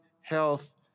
health